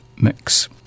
mix